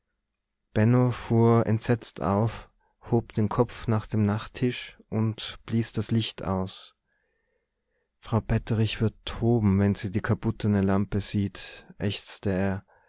fuhr entsetzt auf hob den kopf nach dem nachttisch und blies das licht aus frau petterich wird toben wenn sie die kaputtene lampe sieht ächzte er